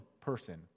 person